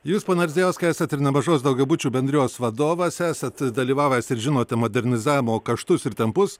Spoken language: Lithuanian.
jūs pone ardzijauskai esat ir nemažos daugiabučių bendrijos vadovas esat dalyvavęs ir žinote modernizavimo kaštus ir tempus